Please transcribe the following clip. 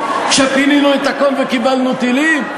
כשפינינו את הכול וקיבלנו טילים?